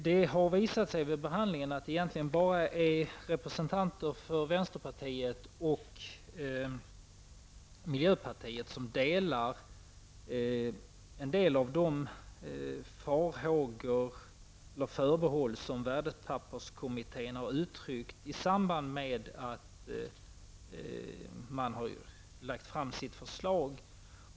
Det har visat sig vid behandlingen att det egentligen bara är representanter för vänsterpartiet och miljöpartiet som delar de farhågor eller förbehåll som värdepapperskommittén uttryckt i samband med att man lagt fram sitt förslag.